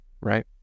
right